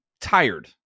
tired